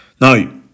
Now